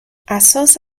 اساس